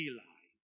Eli